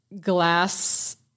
Glass